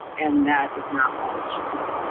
and that is not all it should be